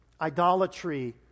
Idolatry